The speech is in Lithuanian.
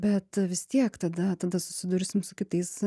bet vis tiek tada tada susidursim su kitais